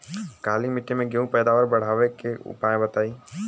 काली मिट्टी में गेहूँ के पैदावार बढ़ावे के उपाय बताई?